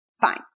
Fine